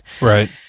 Right